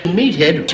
meathead